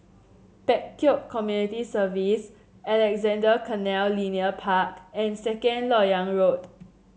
Pek Kio Community Centre Alexandra Canal Linear Park and Second LoK Yang Road